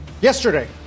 yesterday